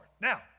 Now